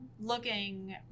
looking